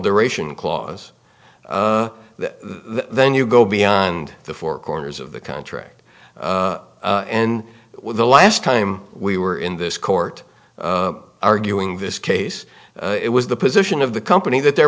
duration clause the then you go beyond the four corners of the contract and the last time we were in this court arguing this case it was the position of the company that there